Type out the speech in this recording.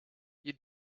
you